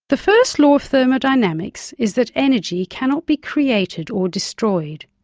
the first law of thermodynamics is that energy cannot be created or destroyed.